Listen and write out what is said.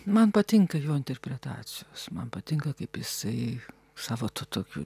man patinka jo interpretacijos man patinka kaip jisai savo tu tokiu